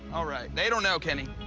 all right. they don't know, kenny.